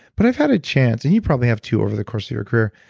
but i've had a chance, and you probably have too over the course of your career,